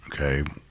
okay